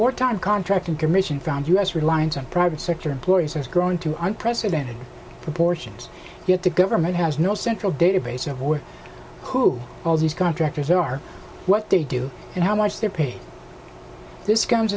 wartime contracting commission found u s reliance on private sector employees is growing too on president proportions yet the government has no central database or who all these contractors are what they do and how much they're paid this comes